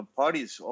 parties